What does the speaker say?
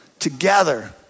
Together